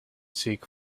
seek